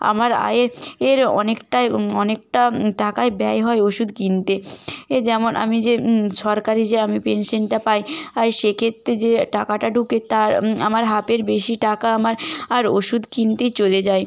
আমার আয়ের এর অনেকটাই অনেকটা টাকাই ব্যয় হয় ওষুধ কিনতে এ যেমন আমি যে সরকারি যে আমি পেনশেনটা পাই আই সেক্ষেত্রে যে টাকাটা ঢোকে তার আমার হাফের বেশি টাকা আমার আর ওষুধ কিনতেই চলে যায়